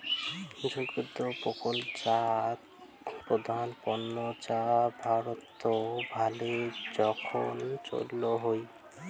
দুগ্ধ প্রকল্পজাত প্রধান পণ্য যা ভারতত ভালে জোখন চইল হই